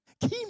Keep